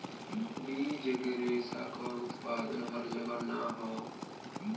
बीज के रेशा क उत्पादन हर जगह ना हौ